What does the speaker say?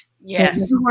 Yes